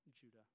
Judah